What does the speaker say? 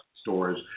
stores